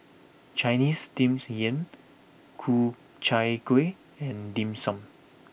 Chinese Steamed Yam Ku Chai Kueh and Dim Sum